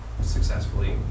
successfully